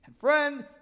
Friend